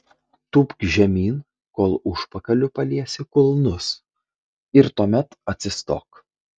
tūpk žemyn kol užpakaliu paliesi kulnus ir tuomet atsistok